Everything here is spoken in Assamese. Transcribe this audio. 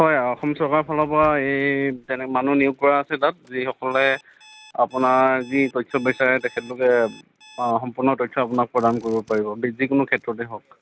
হয় অসম চৰকাৰৰ ফালৰ পৰা এই তেনে মানুহ নিয়োগ কৰা আছে তাত যিসকলে আপোনাৰ যি তথ্য বিচাৰে তেখেতলোকে সম্পূৰ্ণ তথ্য আপোনাক প্ৰদান কৰিব পাৰিব যিকোনো ক্ষেত্ৰতে হওক